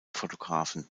fotografen